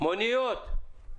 מוניות?